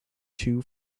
two